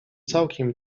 całkiem